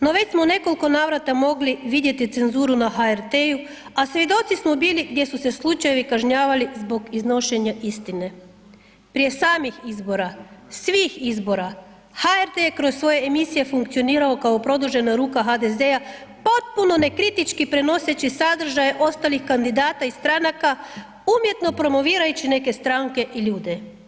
No, već smo u nekolko navrata mogli vidjeti cenzuru na HRT-u, a svjedoci smo bili gdje su se slučajevi kažnjavali zbog iznošenja istine, prije samih izbora, svih izbora, HRT je kroz svoje emisije funkcionirao kao produžena ruka HDZ-a potpuno nekritički prenoseći sadržaj ostalih kandidata i stranaka umjetno promovirajući neke stranke i ljude.